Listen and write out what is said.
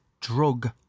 Drug